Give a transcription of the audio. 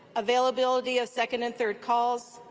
availability of second and third calls,